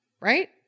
Right